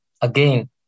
again